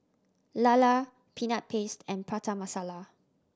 lala Peanut Paste and Prata Masala